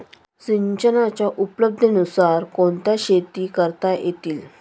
सिंचनाच्या उपलब्धतेनुसार कोणत्या शेती करता येतील?